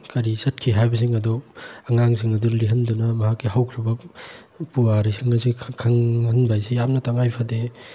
ꯀꯔꯤ ꯆꯠꯈꯤ ꯍꯥꯏꯕꯁꯤꯡ ꯑꯗꯨ ꯑꯉꯥꯡꯁꯤꯡ ꯑꯗꯨꯗ ꯂꯤꯍꯟꯗꯨꯅ ꯃꯍꯥꯛꯀꯤ ꯍꯧꯈ꯭ꯔꯕ ꯄꯨꯋꯥꯔꯤꯁꯤꯡ ꯑꯁꯤ ꯈꯪꯍꯟꯕꯁꯤ ꯌꯥꯝꯅ ꯇꯉꯥꯏ ꯐꯗꯦ